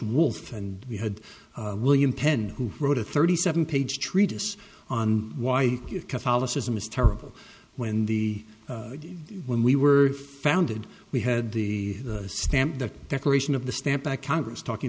wolf and we had william penn who wrote a thirty seven page treatise on why catholicism is terrible when the when we were founded we had the the stamp that declaration of the stamp by congress talking